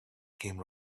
came